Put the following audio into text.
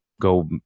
go